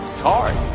hard